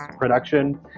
production